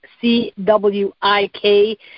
C-W-I-K